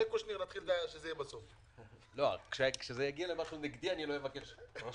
אם ארגיש שמשהו הוא נגדי אני לא אבקש רשות,